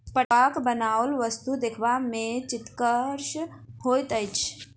पटुआक बनाओल वस्तु देखबा मे चित्तकर्षक होइत अछि